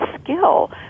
skill